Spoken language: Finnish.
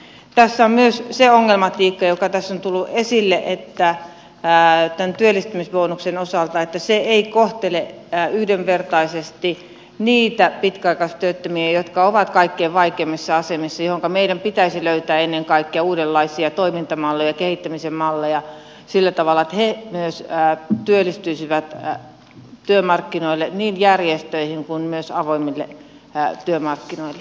tässä on myös se ongelmatiikka joka tässä on tullut esille tämän työllistymisbonuksen osalta että se ei kohtele yhdenvertaisesti niitä pitkäaikaistyöttömiä jotka ovat kaikkein vaikeimmissa asemissa mihinkä meidän pitäisi löytää ennen kaikkea uudenlaisia toimintamalleja ja kehittämisen malleja sillä tavalla että he myös työllistyisivät työmarkkinoille niin järjestöihin kuin myös avoimille työmarkkinoille